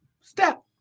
step